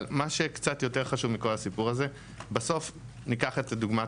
אבל מה שיותר חשוב בכול הסיפור הזה שבסוף ניקח את דוגמת